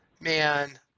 Man